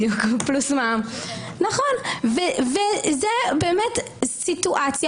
נכון, פלוס מע"מ.